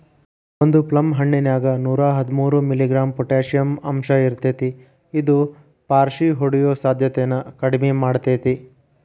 ಒಂದು ಪ್ಲಮ್ ಹಣ್ಣಿನ್ಯಾಗ ನೂರಾಹದ್ಮೂರು ಮಿ.ಗ್ರಾಂ ಪೊಟಾಷಿಯಂ ಅಂಶಇರ್ತೇತಿ ಇದು ಪಾರ್ಷಿಹೊಡಿಯೋ ಸಾಧ್ಯತೆನ ಕಡಿಮಿ ಮಾಡ್ತೆತಿ